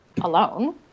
alone